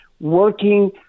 working